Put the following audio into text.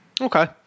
Okay